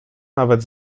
nawet